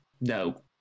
no